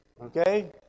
Okay